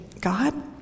God